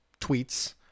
tweets